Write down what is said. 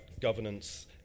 governance